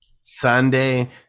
Sunday